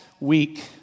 week